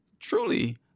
truly